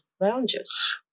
lounges